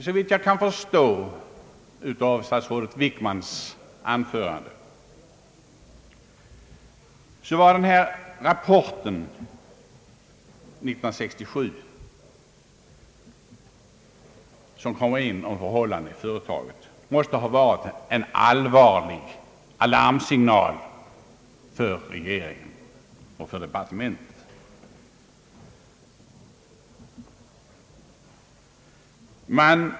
Såvitt jag kan förstå av statsrådet Wickmans anförande måste den rapport om förhållandena vid företaget som avgavs år 1967 ha varit en allvarlig tankeställare och en alarmsignal för regeringen och departementet.